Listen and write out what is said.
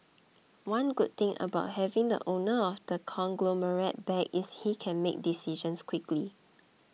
one good thing about having the owner of the conglomerate back is he can make decisions quickly